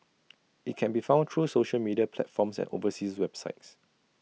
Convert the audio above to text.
IT can be found through social media platforms and overseas websites